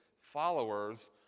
followers